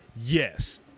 Yes